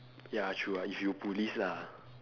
ya true ah if you police lah